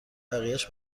بقیهاش